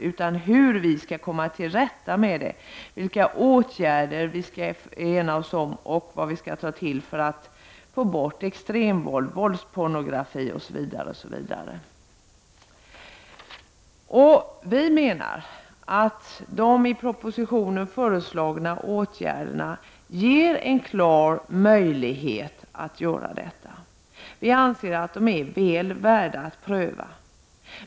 Frågan gäller i stället hur vi skall komma till rätta med det, vilka åtgärder vi skall ena oss om, vad vi skall ta till för att få bort extremvåld, våldspornografi osv. Vi menar att de i propositionen föreslagna åtgärderna ger en klar möjlighet att göra detta, och vi anser att de är väl värda att pröva.